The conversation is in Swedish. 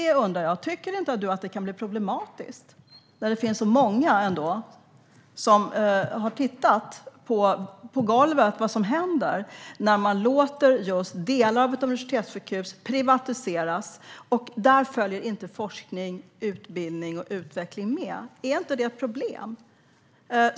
Tycker inte du, Emma Henriksson, att det kan bli problematiskt när det finns så många som har tittat - på golvet - på vad som händer när man låter delar av ett universitetssjukhus privatiseras utan att forskning, utbildning och utveckling följer med? Är inte det ett problem?